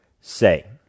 say